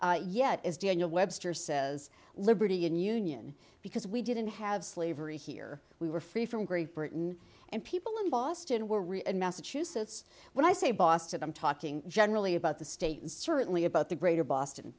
yet as daniel webster says liberty in union because we didn't have slavery here we were free from great britain and people in boston were really in massachusetts when i say boston i'm talking generally about the state and certainly about the greater